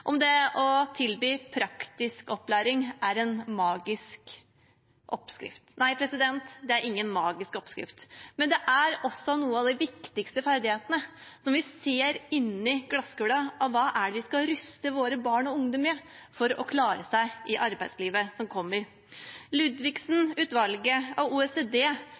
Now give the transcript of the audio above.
om det å tilby praktisk opplæring er en magisk oppskrift. Nei, det er ingen magisk oppskrift, men det er noen av de viktigste ferdighetene vi ser inne i glasskula når det gjelder hva det er vi skal ruste våre barn og unge med for å klare seg i arbeidslivet som kommer. Ludvigsen-utvalget og OECD